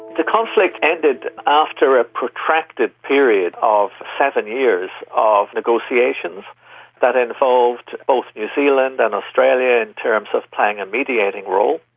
the conflict ended after a protracted period of seven years of negotiations that involved both new zealand and australia in terms of playing a mediating role.